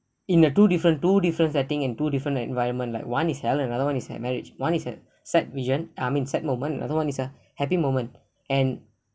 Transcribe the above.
in a two different two different setting and two different environment like one is hell another [one] is at marriage one is at sad vision ah I mean sad moment another [one] is a happy moment and